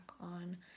on